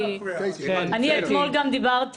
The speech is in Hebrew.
אני, א', מברכת